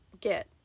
get